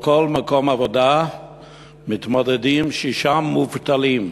על כל מקום עבודה מתמודדים שישה מובטלים,